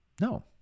No